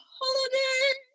holiday